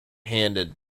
handed